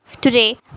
Today